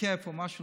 התקף או משהו,